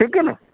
ٹھیک ہے نا